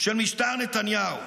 של משטר נתניהו,